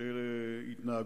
כשהם בכלא